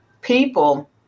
people